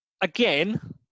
Again